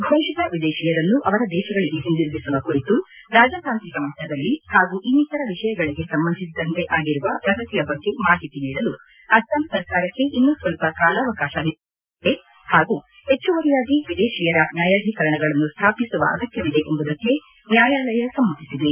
ಘೋಷಿತ ವಿದೇಶಿಯರನ್ನು ಅವರ ದೇಶಗಳಿಗೆ ಹಿಂದಿರುಗಿಸುವ ಕುರಿತು ರಾಜತಾಂತ್ರಿಕ ಮಟ್ಟದಲ್ಲಿ ಹಾಗೂ ಇನ್ನಿತರ ವಿಷಯಗಳಿಗೆ ಸಂಬಂಧಿಸಿದಂತೆ ಆಗಿರುವ ಪ್ರಗತಿಯ ಬಗ್ಗೆ ಮಾಹಿತಿ ನೀಡಲು ಅಸ್ಲಾಂ ಸರ್ಕಾರಕ್ಕೆ ಇನ್ನೂ ಸ್ವಲ್ಪ ಕಾಲಾವಕಾಶ ನೀಡಬೇಕಾದ ಅವಶ್ಯಕತೆಯಿದೆ ಹಾಗೂ ಹೆಚ್ಚುವರಿಯಾಗಿ ವಿದೇಶಿಯರ ನ್ಲಾಯಾಧೀಕರಣಗಳನ್ನು ಸ್ಥಾಪಿಸುವ ಅಗತ್ಯವಿದೆ ಎಂಬುದಕ್ಕೆ ನ್ಲಾಯಾಲಯ ಸಮ್ನತಿಸಿದೆ